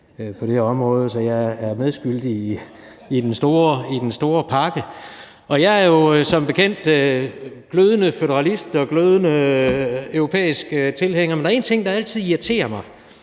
på det her område, så jeg er medskyldig i den store pakke. Og jeg er jo som bekendt glødende føderalist og glødende europæisk tilhænger, men der er én ting, der altid irriterer mig,